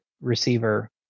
receiver